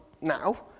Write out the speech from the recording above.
now